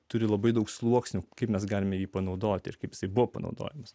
turi labai daug sluoksnių kaip mes galime jį panaudoti ir kaip jisai buvo panaudojamas